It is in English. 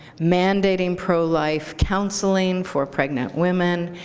mandating pro-life counseling for pregnant women,